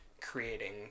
creating